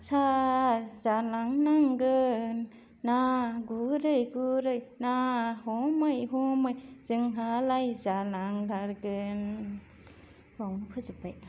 सार जालांनांगोन ना गुरै गुरै ना हमै हमै जोंहालाय जालांगारगोन बेयावनो फोजोबबाय